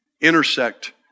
intersect